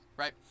Right